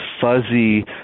fuzzy